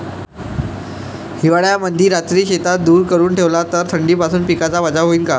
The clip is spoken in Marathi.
हिवाळ्यामंदी रात्री शेतात धुर करून ठेवला तर थंडीपासून पिकाचा बचाव होईन का?